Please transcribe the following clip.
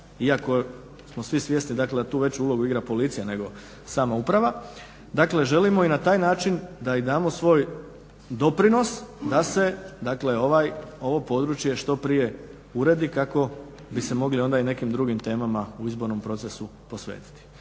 iako smo svi svjesni da tu veću ulogu igra policija nego sama uprava. Dakle, želimo i na taj način da im damo svoj doprinos da se ovo područje što prije uredi kako bi se mogli onda i nekim drugim temama u izbornom procesu posvetiti.